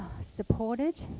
supported